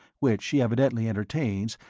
which she evidently entertains,